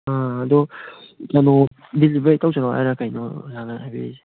ꯑꯗꯨ ꯀꯩꯅꯣ ꯗꯦꯂꯤꯕꯔꯤ ꯇꯧꯖꯔꯛꯑꯣ ꯍꯥꯏꯔ ꯀꯩꯅꯣ ꯑꯣꯖꯥꯅ ꯍꯥꯏꯕꯤꯔꯤꯁꯦ